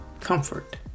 Comfort